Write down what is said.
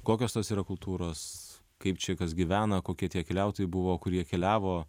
kokios tos yra kultūros kaip čia kas gyvena kokie tie keliautojai buvo kur jie keliavo